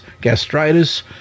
gastritis